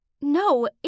No